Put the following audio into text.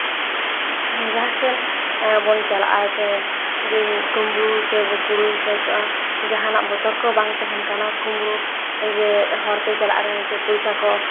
ᱡᱟᱦᱟᱸᱥᱮᱫ ᱵᱚᱱ ᱪᱟᱞᱟᱜᱼᱟ ᱥᱮ ᱡᱮ ᱠᱳᱸᱵᱽᱲᱳ ᱥᱮ ᱵᱩᱠᱲᱩ ᱥᱮ ᱡᱟᱦᱟᱱᱟᱜ ᱵᱚᱛᱚᱨ ᱠᱮ ᱵᱟᱝ ᱛᱟᱦᱮᱱ ᱠᱟᱱᱟ ᱠᱳᱸᱵᱽᱲᱳ ᱡᱮ ᱦᱚᱨᱛᱮ ᱪᱟᱞᱟᱜ ᱨᱮ ᱯᱚᱭᱥᱟ ᱠᱚ